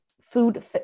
food